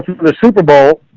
for the super bowl.